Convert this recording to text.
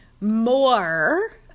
more